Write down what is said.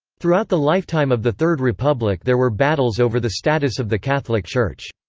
throughout the lifetime of the third republic there were battles over the status of the catholic church.